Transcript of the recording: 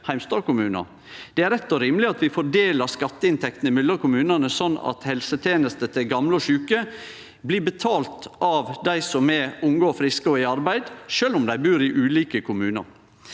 Det er rett og rimeleg at vi fordeler skatteinntektene mellom kommunane slik at helsetenestene til gamle og sjuke blir betalte av dei som er unge, friske og i arbeid, sjølv om dei bur i ulike kommunar.